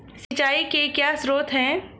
सिंचाई के क्या स्रोत हैं?